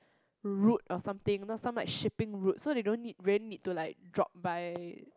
route or something now some like shipping route so they don't need really need to like drop by